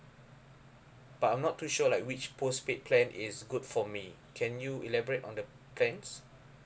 but I'm not too sure like which postpaid plan is good for me can you elaborate on the plans